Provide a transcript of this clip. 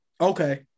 Okay